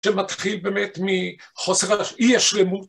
שמתחיל באמת מחוסר אי השלמות.